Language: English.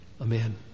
Amen